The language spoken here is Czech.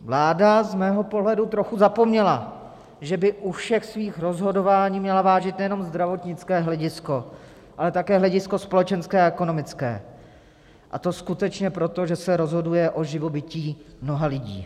Vláda z mého pohledu trochu zapomněla, že by u všech svých rozhodování měla vážit nejenom zdravotnické hledisko, ale také hledisko společenské a ekonomické, a to skutečně proto, že se rozhoduje o živobytí mnoha lidí.